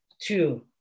two